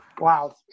Wow